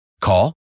Call